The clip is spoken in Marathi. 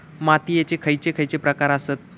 मातीयेचे खैचे खैचे प्रकार आसत?